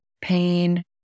pain